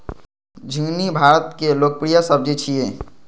झिंगुनी भारतक लोकप्रिय सब्जी छियै